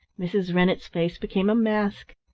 mrs. rennett's face became a mask.